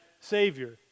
Savior